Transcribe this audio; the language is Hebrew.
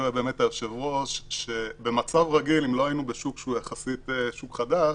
באמת שבמצב רגיל אם לא היינו בשוק שהוא יחסית שוק חדש,